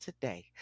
today